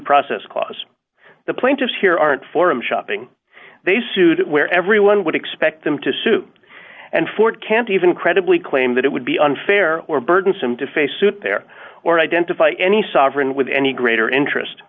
process clause the plaintiffs here aren't forum shopping they suit where everyone would expect them to suit and for can't even credibly claim that it would be unfair or burdensome to face suit there or identify any sovereign with any greater interest